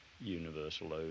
universal